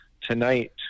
tonight